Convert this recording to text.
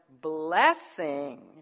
blessing